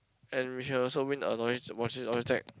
and you can also win a